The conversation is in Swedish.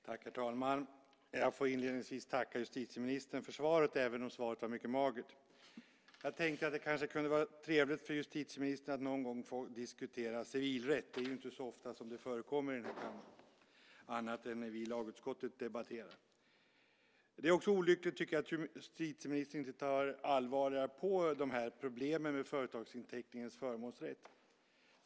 Herr talman! Jag vill inledningsvis tacka justitieministern för svaret, även om svaret var mycket magert. Jag tänkte att det kanske kunde vara trevligt för justitieministern att någon gång få diskutera civilrätt. Det är ju inte så ofta som det förekommer här i kammaren annat än när vi i lagutskottet debatterar. Jag tycker också att det är olyckligt att justitieministern inte tar allvarligare på de här problemen med företagsinteckningens förmånsrätt.